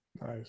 Nice